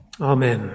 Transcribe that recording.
Amen